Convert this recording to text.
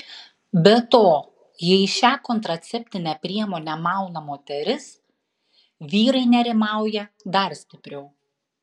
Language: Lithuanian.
be to jei šią kontraceptinę priemonę mauna moteris vyrai nerimauja dar stipriau